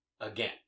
again